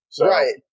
Right